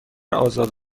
آزاد